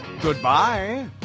Goodbye